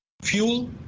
Fuel